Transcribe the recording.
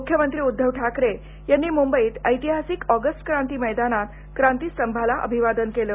मुख्यमंत्री उद्धव ठाकरे यांनी मुंबईत ऐतिहासिक ऑगस्ट क्रांती मैदानात क्रांती स्तंभाला अभिवादन केलं